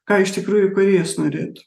ką iš tikrųjų kūrėjas norėtų